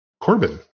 Corbin